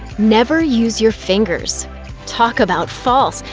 never use your fingers talk about false!